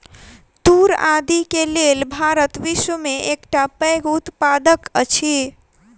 तूर आदि के लेल भारत विश्व में एकटा पैघ उत्पादक अछि